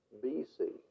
BC